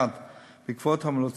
1. בעקבות המלצות